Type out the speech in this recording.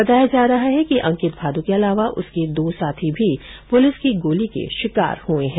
बताया जा रहा है कि अंकित भादू के अलावा उसके दो साथी भी पुलिस की गोली के शिकार हुए हैं